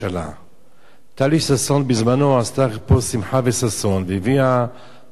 טליה ששון בזמנה עשתה פה שמחה וששון והביאה המלצותיה לממשלה